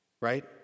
right